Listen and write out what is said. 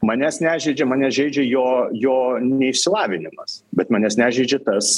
manęs nežeidžia mane žeidžia jo jo neišsilavinimas bet manęs nežeidžia tas